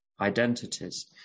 identities